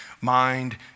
mind